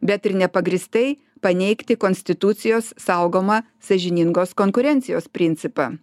bet ir nepagrįstai paneigti konstitucijos saugomą sąžiningos konkurencijos principą